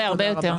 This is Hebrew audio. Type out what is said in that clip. תודה רבה.